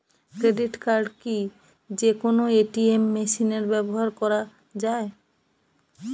Credit card কি যে কোনো এ.টি.এম মেশিনে ব্যবহার করা য়ায়?